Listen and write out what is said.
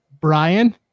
Brian